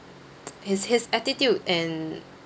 his his attitude and